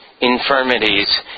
infirmities